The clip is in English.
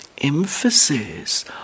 emphasis